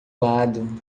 lado